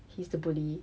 he's the bully